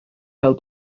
pêl